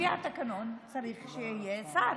לפי התקנון צריך שיהיה שר.